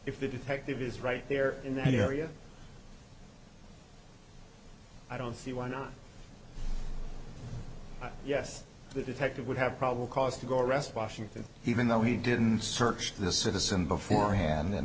if the detective is right there in that area i don't see why not yes the detective would have probable cause to go arrest washington even though he didn't search the citizen beforehand and